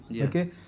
Okay